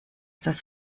das